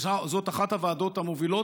שזאת אחת הוועדות המובילות,